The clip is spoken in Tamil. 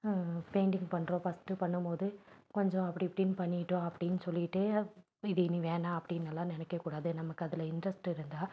பெயிண்டிங் பண்ணுறோம் ஃபஸ்ட்டு பண்ணும்போது கொஞ்சம் அப்படி இப்படின்னு பண்ணிவிட்டோம் அப்படின்னு சொல்லிவிட்டு இது இனி வேணாம் அப்படின்னெல்லாம் நினைக்கக் கூடாது நமக்கு அதில் இன்ட்ரெஸ்ட் இருந்தால்